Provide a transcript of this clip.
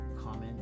comment